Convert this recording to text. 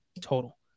total